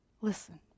listen